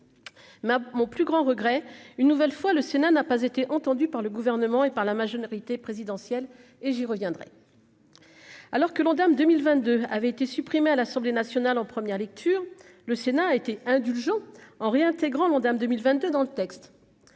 Ma mon plus grand regret, une nouvelle fois le Sénat n'a pas été entendu par le gouvernement et par la majorité présidentielle et j'y reviendrai, alors que l'Ondam 2022 avait été supprimé à l'Assemblée nationale en première lecture le Sénat a été indulgent en réintégrant l'Ondam 2022 dans le texte,